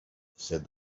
said